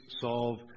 solve